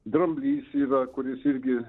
dramblys yra kuris irgi